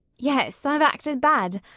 yes, i've acted bad.